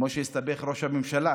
כמו שהסתבך ראש הממשלה